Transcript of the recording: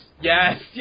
Yes